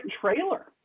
trailer